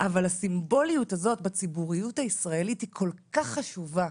אבל הסימבוליות הזאת בציבוריות הישראלית היא כל כך חשובה,